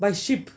by ship